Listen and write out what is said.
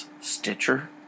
Stitcher